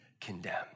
condemned